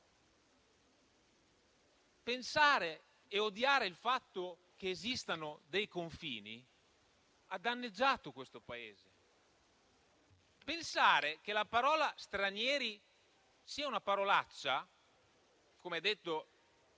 ignavi. Odiare il fatto che esistano dei confini ha danneggiato questo Paese; pensare che la parola "stranieri" sia una parolaccia (come ha detto,